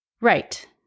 Right